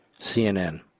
CNN